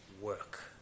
work